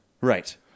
Right